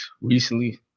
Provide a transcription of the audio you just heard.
Recently